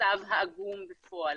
המצב העגום בפועל.